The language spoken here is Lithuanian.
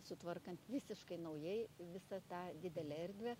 sutvarkant visiškai naujai visą tą didelę erdvę